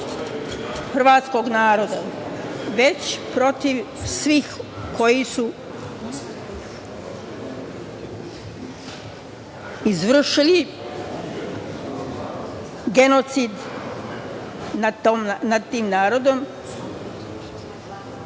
hrvatskog naroda, već protiv svih koji su izvršili genocid nad tim narodom,